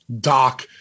doc